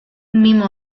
mimo